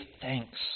thanks